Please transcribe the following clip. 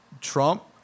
Trump